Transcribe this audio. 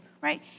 right